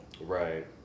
Right